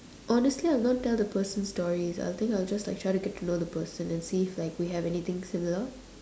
honestly I will not tell the person stories I'll think I'll just like try to get to know the person and see if like we have anything similar